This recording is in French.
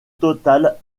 total